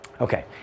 Okay